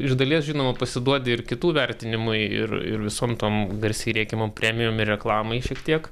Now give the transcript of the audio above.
iš dalies žinoma pasiduodi ir kitų vertinimui ir ir visom tom garsiai rėkiamom premijom ir reklamai šiek tiek